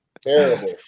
Terrible